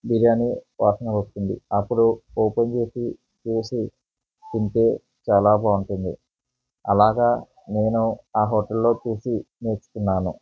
బిర్యానీ వాసన వస్తుంది అప్పుడు ఓపెన్ చేసి చేసి తింటే చాలా బాగుంటుంది అలాగా నేను ఆ హోటల్లో చూసి నేర్చుకున్నాను